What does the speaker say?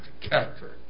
character